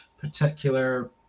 particular